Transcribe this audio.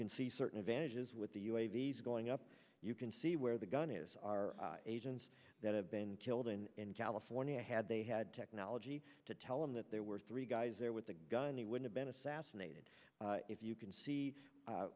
can see certain advantages with the usa vs going up you can see where the gun is our agents that have been killed in in california had they had technology to tell him that there were three guys there with a gun and he would have been assassinated if you can see